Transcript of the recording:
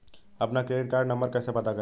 अपना credit card number कैसे पता करें?